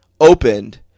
opened